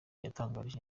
yatangarije